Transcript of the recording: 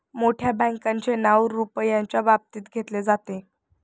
मोठ्या बँकांचे नाव रुपयाच्या बाबतीत घेतले जाते